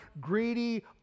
Greedy